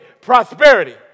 prosperity